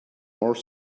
more